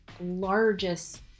largest